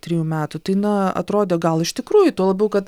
trijų metų tai na atrodė gal iš tikrųjų tuo labiau kad